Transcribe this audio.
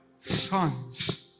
Sons